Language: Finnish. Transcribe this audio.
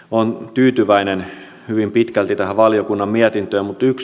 olen tyytyväinen hyvin pitkälti tähän valiokunnan mietintöön